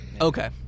Okay